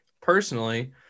personally